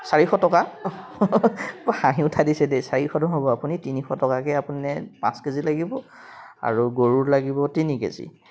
চাৰিশ টকা মই হাঁহি উঠাই দিছে দেই চাৰিশ নহ'ব আপুনি তিনিশ টকাকৈ আপুনি পাঁচ কে জি লাগিব আৰু গৰুৰ লাগিব তিনি কে জি